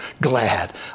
glad